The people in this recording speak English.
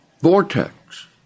Vortex